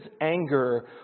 anger